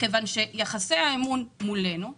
כיוון שיחסי האמון מולנו נפגעים.